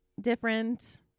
different